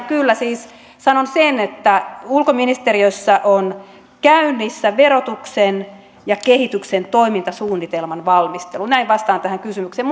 kyllä sanon sen että ulkoministeriössä on käynnissä verotuksen ja kehityksen toimintasuunnitelman valmistelu näin vastaan tähän kysymykseen